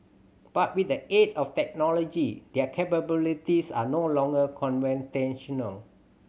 but with the aid of technology their capabilities are no longer conventional